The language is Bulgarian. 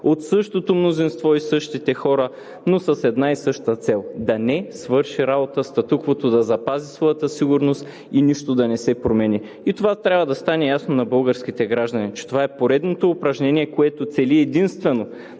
от същото мнозинство и същите хора, но с една и съща цел – да не свърши работа, статуквото да запази своята сигурност и нищо да не се промени. И това трябва да стане ясно на българските граждани, че това е поредното упражнение, което цели единствено